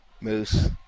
moose